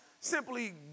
simply